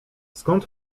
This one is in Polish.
skąd